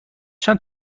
چند